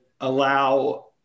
allow